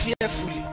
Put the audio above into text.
fearfully